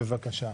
בבקשה.